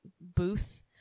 booth